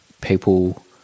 people